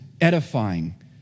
edifying